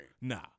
Nah